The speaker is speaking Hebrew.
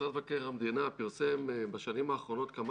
משרד מבקר המדינה פרסם בשנים האחרונות כמה